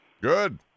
Good